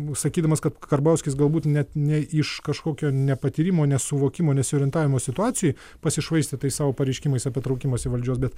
sakydamas kad karbauskis galbūt net ne iš kažkokio nepatyrimo nesuvokimo nesiorientavimo situacijoj pasišvaistė tais savo pareiškimais apie traukimąsi valdžios bet